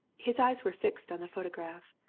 his eyes were fixed on the photograph.